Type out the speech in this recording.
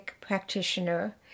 practitioner